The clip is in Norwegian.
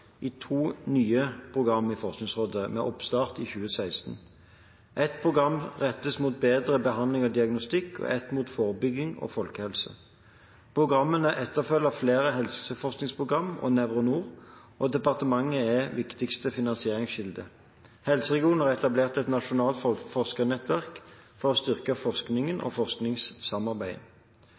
i to nye program i Forskningsrådet, med oppstart i 2016. Ett program rettes mot bedre behandling og diagnostikk og ett mot forebygging og folkehelse. Programmene etterfølger flere helseforskningsprogram og NevroNor, og departementet er viktigste finansieringskilde. Helseregionene har etablert et nasjonalt forskernettverk for å styrke forskningen